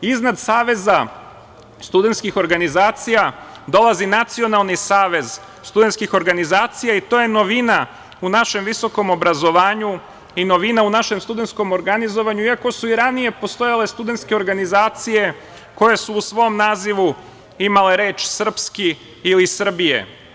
Iznad saveza studentskih organizacija dolazi Nacionalni savez studentskih organizacija i to je novina u našem visokom obrazovanju i novina u našem studentskom organizovanju, iako su i ranije postojale studentske organizacije koje su u svom nazivu imale reč „srpski“ ili „Srbije“